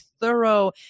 thorough